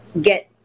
get